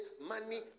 Money